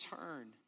turn